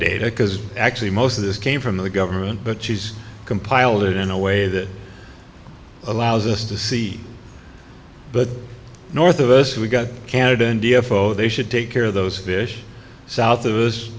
data because actually most of this came from the government but she's compiled it in a way that allows us to see but north of us we've got canada india they should take care of those fish south of